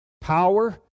power